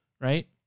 right